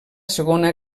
segona